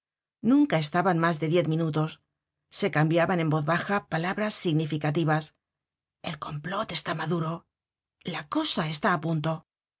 nunca estaban mas de diez minutos se cambiaban en voz baja palabras significativas el complot está maduro la cosa está á punto y